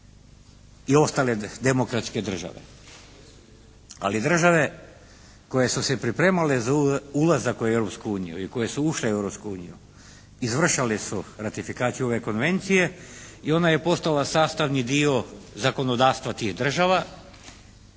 i ostale demokratske države. Ali države koje su se pripremale za ulazak u Europsku uniju i koje su ušle u Europsku uniju izvršile su ratifikaciju ove konvencije i ona je postala sastavni dio zakonodavstva tih država